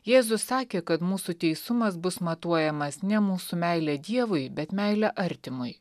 jėzus sakė kad mūsų teisumas bus matuojamas ne mūsų meile dievui bet meile artimui